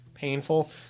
painful